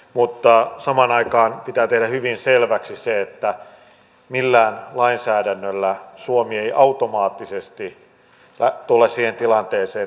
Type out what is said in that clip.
mutta samaan aikaan pitää tehdä hyvin selväksi se että millään lainsäädännöllä suomi ei automaattisesti tule siihen tilanteeseen